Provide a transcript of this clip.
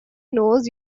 knows